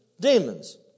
demons